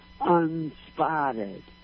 Unspotted